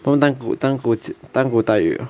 把他们当狗当狗当狗待遇的